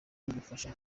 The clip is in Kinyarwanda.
bigufasha